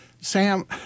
Sam